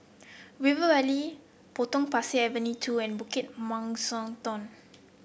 River Valley Potong Pasir Avenue two and Bukit Mugliston